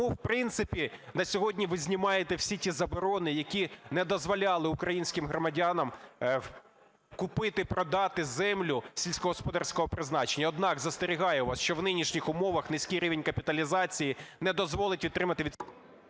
Тому, в принципі, на сьогодні ви знімаєте всі ті заборони, які не дозволяли українським громадянам купити-продати землю сільськогосподарського призначення. Однак, застерігаю вас, що в нинішніх умовах низький рівень капіталізації не дозволить отримати …